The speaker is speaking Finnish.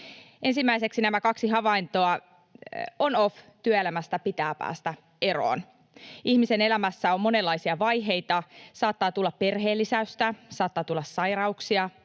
Ensimmäiseksi nämä kaksi havaintoa. On—off-työelämästä pitää päästä eroon. Ihmisen elämässä on monenlaisia vaiheita, saattaa tulla perheenlisäystä, saattaa tulla sairauksia